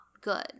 good